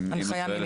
הנחיה ממי?